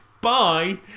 Bye